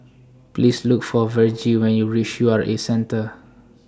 Please Look For Vergie when YOU REACH U R A Centre